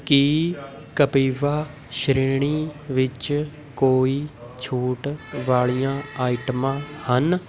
ਕੀ ਕਪਿਵਾ ਸ਼੍ਰੇਣੀ ਵਿੱਚ ਕੋਈ ਛੂਟ ਵਾਲੀਆਂ ਆਈਟਮਾਂ ਹਨ